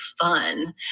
fun